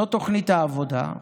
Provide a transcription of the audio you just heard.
זו תוכנית העבודה,